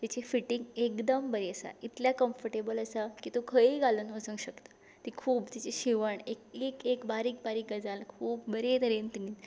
तिची फिटींग एकदम बरी आसा इतल्या कम्फर्टेबल आसा की तूं खंय घालून वचूंक शकता ती खूब तिची शिवण एक एक बारीक बारीक गजाल खूब बरे तरेन तेमी